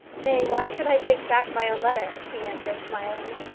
nay why should i take back my own letter? she answered, smiling.